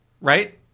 right